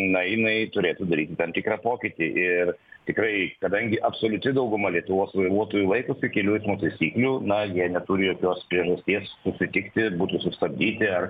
na jinai turėtų daryti tam tikrą pokytį ir tikrai kadangi absoliuti dauguma lietuvos vairuotojų laikosi kelių eismo taisyklių na jie neturi jokios priežasties susitikti būtų sustabdyti ar